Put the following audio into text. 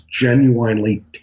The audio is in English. genuinely